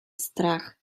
strach